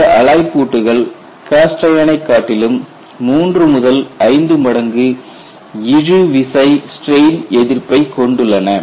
இந்த அலாய் பூட்டுகள் காஸ்ட் அயனை காட்டிலும் 3 முதல் 5 மடங்கு இழுவிசை ஸ்ட்ரெயின் எதிர்ப்பைக் கொண்டுள்ளன